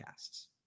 podcasts